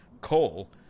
coal